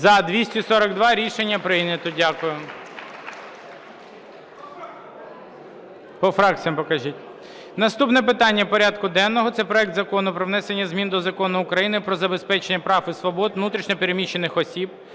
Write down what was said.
За-242 Рішення прийнято. Дякую. По фракціях покажіть. Наступне питання порядку денного – це проект Закону про внесення змін до Закону України "Про забезпечення прав і свобод внутрішньо переміщених осіб"